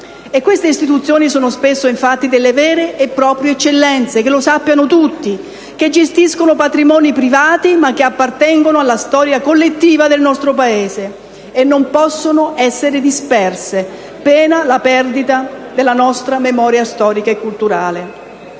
Queste istituzioni sono infatti spesso delle vere e proprie eccellenze - tutti lo devono sapere - che gestiscono patrimoni privati, ma che appartengono alla storia collettiva del nostro Paese, e non possono essere disperse, pena la perdita della nostra memoria storica e politica.